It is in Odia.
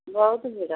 ବହୁତ ଭିଡ଼